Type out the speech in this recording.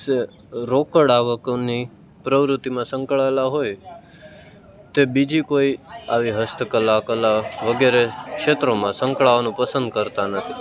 રોકડ આવકોની પ્રવૃત્તિમાં સંકળાયેલા હોય તે બીજી કોઈ આવી હસ્તકલા કલા વગેરે ક્ષેત્રોમાં સંકળાવાનું પસંદ કરતા નથી